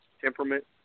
temperament